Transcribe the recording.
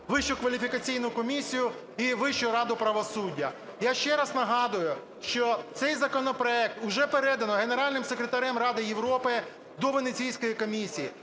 Вищу кваліфікаційну комісію і Вищу раду правосуддя. Я ще раз нагадую, що цей законопроект уже передано Генеральним секретарем Ради Європи до Венеційської комісії.